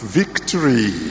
victory